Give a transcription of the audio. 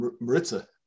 Maritza